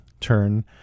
Turn